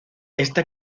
esta